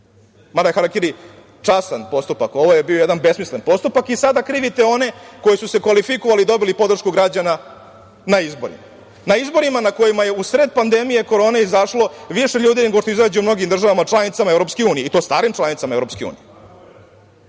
Mada je harakiri častan postupak. Ovo je bio jedan besmislen postupak. Sada krivite one koji su se kvalifikovali i dobili podršku građana na izborima. Na izborima na kojima je u sred pandemije korone izašlo više ljudi nego što izađe u mnogim državama članicama EU. I to starim članicama EU. To je